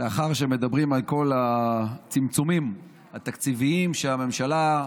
לאחר שמדברים על כל הצמצומים התקציביים שהממשלה,